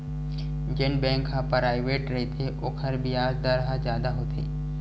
जेन बेंक ह पराइवेंट रहिथे ओखर बियाज दर ह जादा होथे